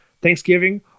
Thanksgiving